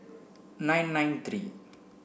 nine nine three